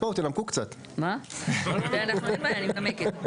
אז בואו ותנמקו קצת.‬‬‬‬‬ אין בעיה, אני מנמקת.